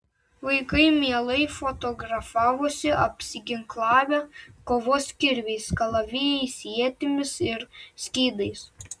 vaikai mielai fotografavosi apsiginklavę kovos kirviais kalavijais ietimis ir skydais